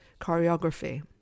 choreography